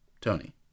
Tony